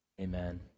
Amen